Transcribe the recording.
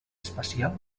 espacial